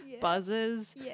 buzzes